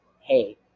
hey